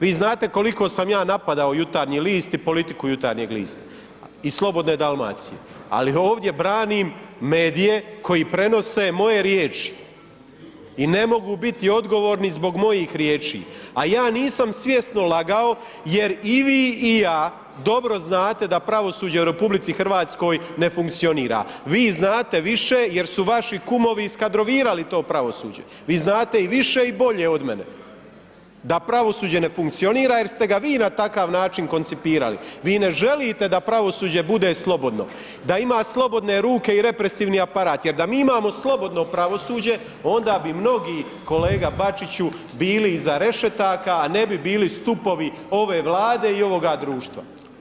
Vi znate koliko sam ja napadao Jutarnji list i politiku Jutarnjeg lista i Slobodne Dalmacije, ali ovdje branim medije koji prenose moje riječi i ne mogu biti odgovorni zbog mojih riječi, a ja nisam svjesno lagao jer i vi i ja dobro znate da pravosuđe u RH ne funkcionira, vi znate više jer su vaši kumovi iskadrovirali to pravosuđe, vi znate i više i bolje od mene da pravosuđe ne funkcionira jer ste ga vi na takav način koncipirali, vi ne želite da pravosuđe bude slobodno, da ima slobodne ruke i represivni aparat jer da mi imamo slobodno pravosuđe onda bi mnogi, kolega Bačiću, bili iza rešetaka, a ne bi bili stupovi ove Vlade i ovoga društva.